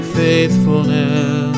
faithfulness